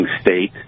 state